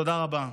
תודה רבה.